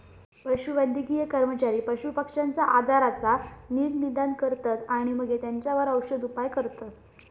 पशुवैद्यकीय कर्मचारी पशुपक्ष्यांच्या आजाराचा नीट निदान करतत आणि मगे तेंच्यावर औषदउपाय करतत